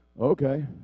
okay